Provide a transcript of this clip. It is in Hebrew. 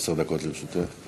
עשר דקות לרשותך.